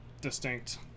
distinct